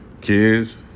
kids